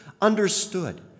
understood